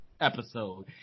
Episode